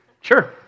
sure